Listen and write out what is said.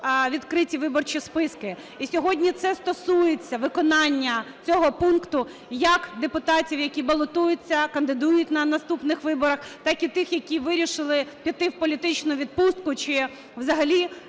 відкриті виборчі списки. І сьогодні це стосується виконання цього пункту як депутатів, які балотуються, кандидують на наступних виборах, так і тих, які вирішили піти в політичну відпустку чи взагалі